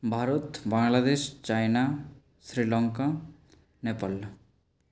Bharat Bangladesh China Sri Lanka Nepal